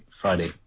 Friday